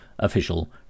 official